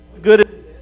Good